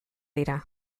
dira